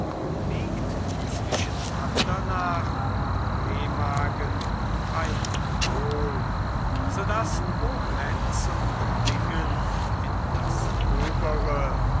liegt zwischen andernach und remagen bei wohl so daß koblenz und bingen in das obere